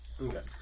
Okay